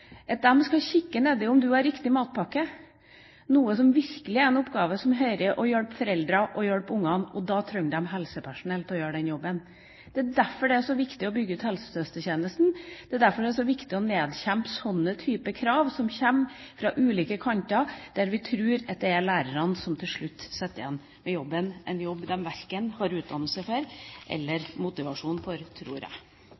At de skal kikke ned i sekken og se om du har riktig matpakke, er noe som virkelig er en oppgave for å hjelpe foreldre, for å hjelpe barna, og da trenger de helsepersonell til å gjøre den jobben. Det er derfor det er så viktig å bygge ut helsesøstertjenesten. Det er derfor det er så viktig å nedkjempe slike typer krav som kommer fra ulike kanter, når vi tror det er lærerne som til slutt sitter igjen med jobben – en jobb de verken har utdannelse til eller motivasjon for, tror jeg.